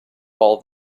all